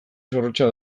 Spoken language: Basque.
zorrotza